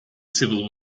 civil